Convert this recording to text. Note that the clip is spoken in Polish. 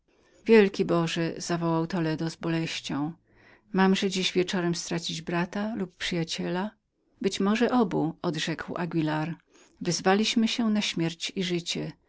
wielki boże zawołał toledo w najwyższej boleści mamże dziś wieczorem stracić brata lub przyjaciela być może obu odrzekł ponuro anguilar wyzwaliśmy się na śmiertelny bój